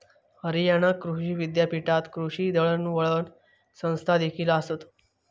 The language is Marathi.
हरियाणा कृषी विद्यापीठात कृषी दळणवळण संस्थादेखील आसत